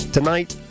Tonight